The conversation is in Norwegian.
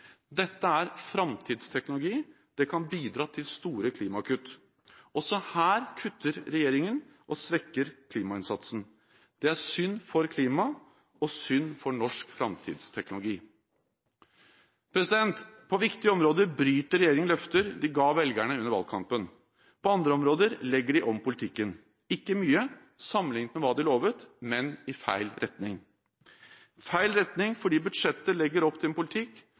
Dette er framtidsteknologi, det kan bidra til store klimakutt. Også her kutter regjeringen og svekker klimainnsatsen. Det er synd for klimaet og synd for norsk framtidsteknologi. På viktige områder bryter regjeringen løfter de ga velgerne under valgkampen. På andre områder legger de om politikken – ikke mye sammenlignet med hva de lovte, men i feil retning. Det er feil retning fordi budsjettet legger opp til en politikk